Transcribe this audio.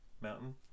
mountain